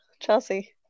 Chelsea